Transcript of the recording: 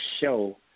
show